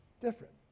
Different